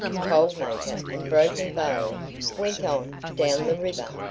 cold maker and broken bow went on down the river.